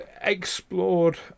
explored